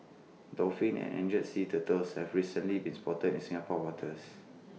dolphins and endangered sea turtles have recently been spotted in Singapore's waters